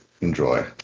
enjoy